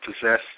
possess